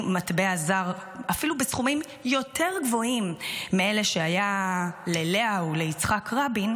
מטבע זר אפילו בסכומים יותר גבוהים מאלה שהיה ללאה וליצחק רבין,